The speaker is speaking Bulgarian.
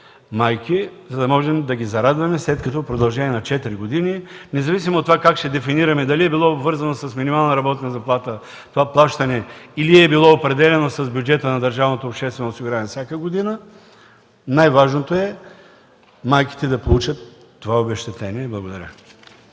майки и да можем да ги зарадваме, след като в продължение на четири години, независимо от това как ще дефинираме – дали това плащане е било обвързано с минималната работна заплата, или е било определяно с бюджета на държавното обществено осигуряване всяка година, най-важното е майките да получат това обезщетение. Благодаря.